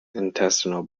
intestinal